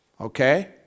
Okay